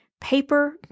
paper